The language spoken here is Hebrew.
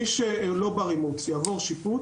מי שלא בר אימוץ, יעבור שיפוט